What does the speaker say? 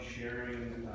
sharing